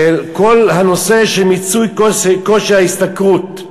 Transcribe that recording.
שכל הנושא של מיצוי כושר ההשתכרות,